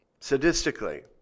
sadistically